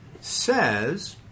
says